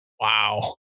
Wow